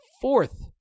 fourth